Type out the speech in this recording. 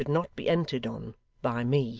should not be entered on by me